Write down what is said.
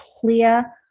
clear